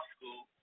School